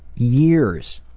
years